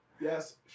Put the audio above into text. Yes